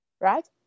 Right